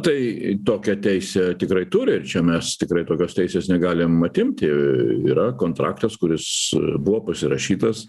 tai tokią teisę tikrai turi ir čia mes tikrai tokios teisės negalim atimti yra kontraktas kuris buvo pasirašytas